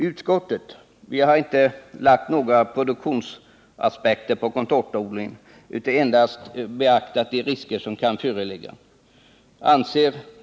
Utskottet har inte lagt några produktionsaspekter på contortaodlingen utan endast beaktat de risker som kan föreligga.